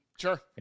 Sure